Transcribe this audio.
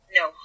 no